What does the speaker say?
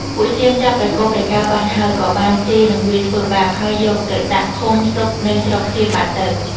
ពួកសៀមចាប់ព្រះគោព្រះកែវបានហើយ ក៏បានជេរនិងវាយធ្វើបាប ហើយយកទៅដាក់ឃុំទុកនៅស្រុកសៀមបាត់ទៅ។